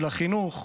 החינוך.